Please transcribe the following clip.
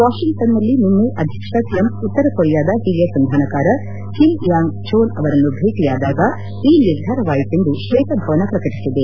ವಾಷಿಂಗ್ಟನ್ನಲ್ಲಿ ನಿನ್ನೆ ಅಧ್ಯಕ್ಷ ಟ್ರಂಪ್ ಉತ್ತರ ಕೊರಿಯಾದ ಹಿರಿಯ ಸಂಧಾನಕಾರ ಕಿಮ್ ಯಾಂಗ್ ಛೋಲ್ ಅವರನ್ನು ಭೇಟಿಯಾದಾಗ ಈ ನಿರ್ಧಾರವಾಯಿತೆಂದು ಕ್ಷೇತ ಭವನ ಪ್ರಕಟಿಸಿದೆ